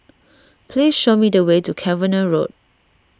please show me the way to Cavenagh Road